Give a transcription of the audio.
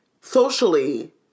socially